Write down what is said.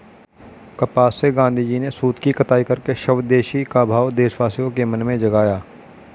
कपास से गाँधीजी ने सूत की कताई करके स्वदेशी का भाव देशवासियों के मन में जगाया